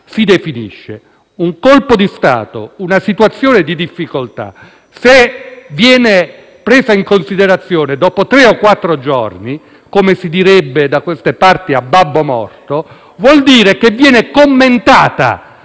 si definisce. Un colpo di Stato o una situazione di difficoltà, se presi in considerazione dopo tre o quattro giorni - come si direbbe da queste parti "a babbo morto" - vuol dire che vengono commentati.